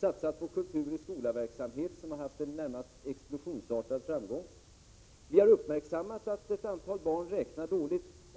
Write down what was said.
Vi har satsat på kultur-i-skola-verksamhet, vilket har haft en närmast explosionsartad framgång. Vi har uppmärksammat att ett antal barn räknar dåligt.